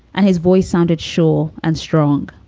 and his voice sounded sure and strong,